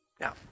Now